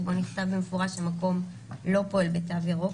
שבו נכתב במפורש שהמקום לא פועל בתו ירוק,